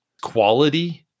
quality